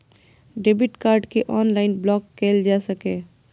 debit card कें online block कैल जा सकैए